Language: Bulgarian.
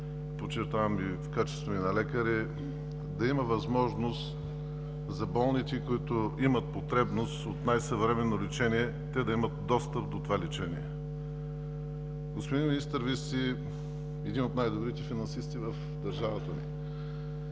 подчертавам – и в качеството ми на лекар, е да има възможност за болните, които имат потребност от най-съвременно лечение, да имат достъп до това лечение. Господин Министър, Вие сте един от най-добрите финансисти в държавата ни.